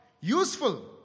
useful